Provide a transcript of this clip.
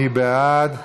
מי בעד?